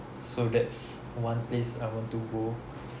so that's one place I want to go